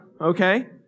Okay